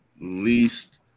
least